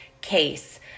case